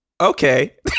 Okay